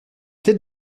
tels